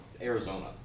Arizona